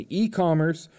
e-commerce